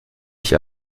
ich